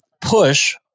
push